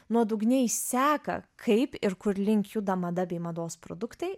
nuodugniai seka kaip ir kur link juda mada bei mados produktai